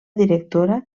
directora